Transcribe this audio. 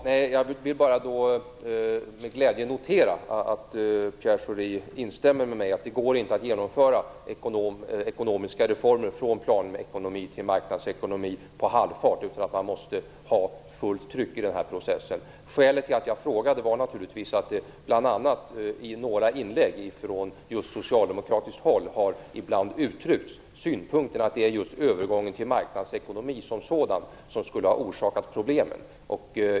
Herr talman! Låt mig med glädje notera att Pierre Schori instämmer med mig i att det inte går att genomföra ekonomiska reformer från planekonomi till marknadsekonomi på halvfart, utan att man måste ha fullt tryck i den processen. Skälet till att jag frågade var naturligtvis att det bl.a. i några inlägg från socialdemokratiskt håll ibland har uttryckts synpunkten att det är just övergången till marknadsekonomi som sådan som skulle ha orsakat problemen.